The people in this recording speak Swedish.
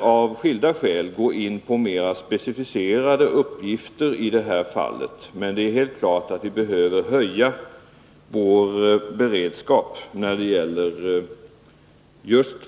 Av skilda skäl vill jag inte gå in på mera specificerade uppgifter i det här fallet, men det är helt klart att vi behöver höja vår beredskap just när det gäller